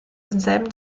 denselben